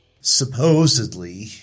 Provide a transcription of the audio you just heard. supposedly